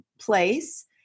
place